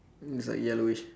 mm it's like yellowish